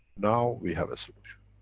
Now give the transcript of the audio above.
now we have a solution.